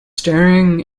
staring